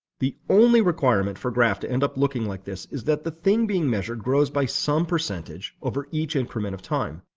the only requirement for a graph to end up looking like this is that the thing being measured grows by some percentage over each increment of time.